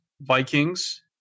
Vikings